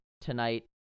tonight